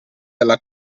della